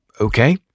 Okay